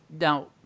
Now